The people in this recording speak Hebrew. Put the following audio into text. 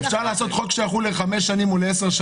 אפשר לעשות חוק שיחול לעשר שנים.